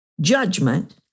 judgment